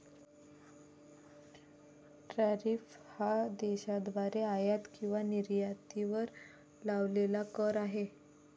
tariff हा देशाद्वारे आयात किंवा निर्यातीवर लावलेला कर आहे